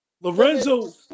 Lorenzo